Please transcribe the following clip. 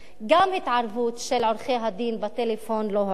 גם התערבות של עורכי-הדין בטלפון לא הועילה.